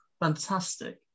Fantastic